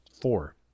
four